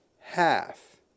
Half